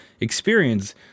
experience